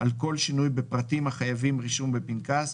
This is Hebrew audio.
על כל שינוי בפרטים החייבים רישום בפנקס,